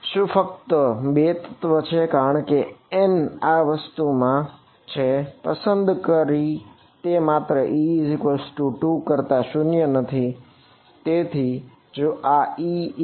શું ફક્ત 2 તત્વ છે કારણ કે આ N આ વસ્તુ જે મેં પસંદ કરી છે તે માત્ર e2 કરતાં શૂન્ય નથી બરાબર